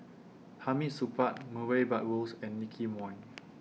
Hamid Supaat Murray Buttrose and Nicky Moey